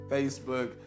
Facebook